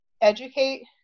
educate